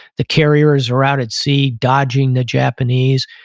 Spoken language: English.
the carriers are out at sea dodging the japanese.